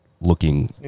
looking